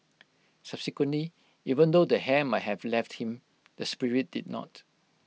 subsequently even though the hair might have left him the spirit did not